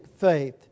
faith